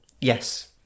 Yes